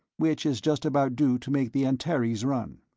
which is just about due to make the antares run.